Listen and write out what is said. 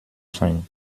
sein